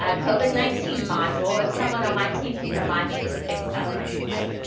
um covid nineteen module. if someone on my team can remind me to fix that on my slide.